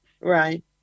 right